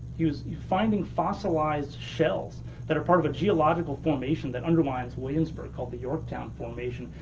he was finding fossilized shells that are part of a geological formation that underlines williamsburg, called the yorktown formation.